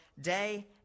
day